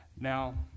now